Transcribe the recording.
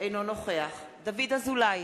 אינו נוכח דוד אזולאי,